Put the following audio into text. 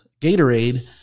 Gatorade